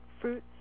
fruits